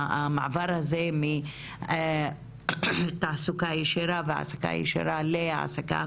המעבר הזה מתעסוקה ישירה והעסקה ישירה להעסקה